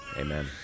Amen